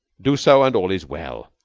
do so, and all is well.